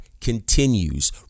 continues